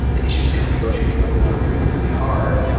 the issues they were negotiating over were really, really hard.